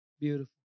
Beautiful